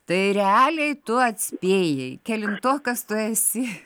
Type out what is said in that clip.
tai realiai tu atspėjai kelintokas tu esi